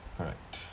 correct